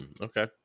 Okay